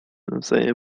nawzajem